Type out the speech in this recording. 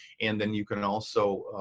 and then you can also